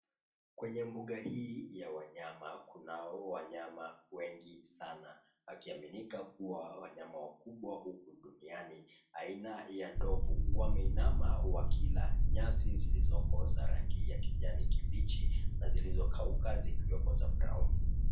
Kwenye mbuga hii ya wanyama kunao wanyama wengi sana, wakiaminika kuwa wanyama wakubwa huku duniani, aina ya ndovu. Wameinama wakila nyasi zilizoko za rangi ya kijani kibichi na zilizokauka zikiwepo za brown .